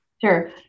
Sure